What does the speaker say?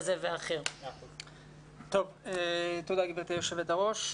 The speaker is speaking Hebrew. תודה גבירתי יושבת-הראש.